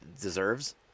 deserves